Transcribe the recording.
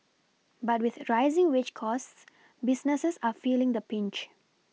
but with a rising wage costs businesses are feeling the Pinch